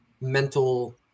mental